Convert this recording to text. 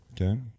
Okay